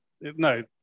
No